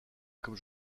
comme